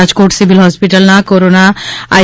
Rajkot civil ફોસ્પિટલન કોરોન આઈ